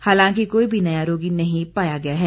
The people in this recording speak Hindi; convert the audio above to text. हालांकि कोई भी नया रोगी नहीं पाया गया है